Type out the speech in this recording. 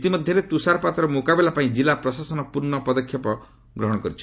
ଇତିମଧ୍ୟରେ ତୁଷାରପାତର ମୁକାବିଲା ପାଇଁ ଜିଲ୍ଲା ପ୍ରଶାସନ ପୂର୍ଣ୍ଣ ପଦକ୍ଷେପ ଗ୍ରହଣ କରାଯାଇଛି